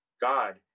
God